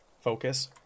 focus